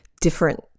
different